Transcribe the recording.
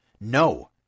No